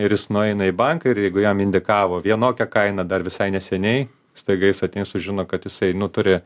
ir jis nueina į banką ir jeigu jam indikavo vienokią kainą dar visai neseniai staiga jis ateina sužino kad jisai nu turi